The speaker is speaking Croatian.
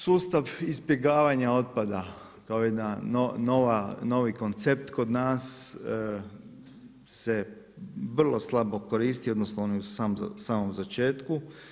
Sustav izbjegavanja otpada kao jedan novi koncept kod nas se vrlo slabo koristi, odnosno on je u samom začetku.